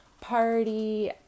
party